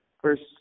first